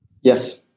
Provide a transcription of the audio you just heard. Yes